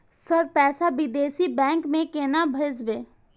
Sir पैसा विदेशी bank में केना भेजबे?